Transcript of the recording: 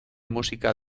música